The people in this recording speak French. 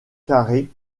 carré